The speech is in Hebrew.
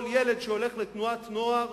כל ילד שהולך לתנועת נוער,